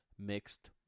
mixed